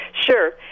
Sure